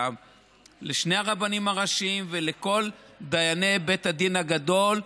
לשני הרבנים הראשיים ולכל דייני בית הדין הגדול.